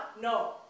No